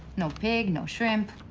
no pig, no shrimp.